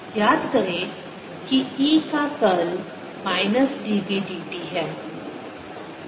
याद करें कि E का कर्ल माइनस dB dt है